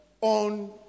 on